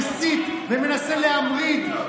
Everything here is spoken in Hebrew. שעומד כאן ומסית ומנסה להמריד,